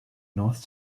north